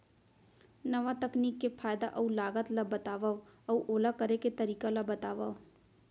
नवा तकनीक के फायदा अऊ लागत ला बतावव अऊ ओला करे के तरीका ला बतावव?